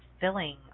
filling